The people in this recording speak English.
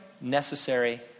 necessary